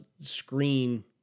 screen